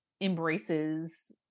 embraces